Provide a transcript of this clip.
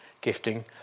gifting